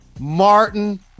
Martin